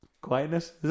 Quietness